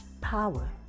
power